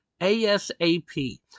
ASAP